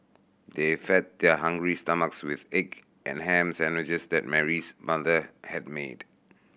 they fed their hungry stomachs with egg and ham sandwiches that Mary's mother had made